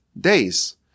days